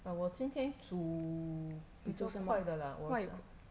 but 我今天煮比较快的啦